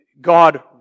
God